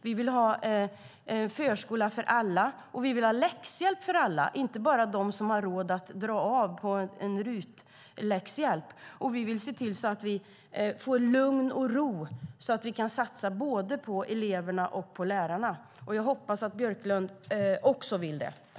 Vi vill ha en förskola för alla. Vi vill ha läxhjälp för alla, inte bara för dem som har råd att göra avdrag för en RUT-läxhjälp. Och vi vill se till så att vi får lugn och ro så att vi kan satsa både på eleverna och på lärarna. Jag hoppas att Björklund också vill det.